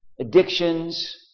addictions